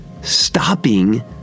stopping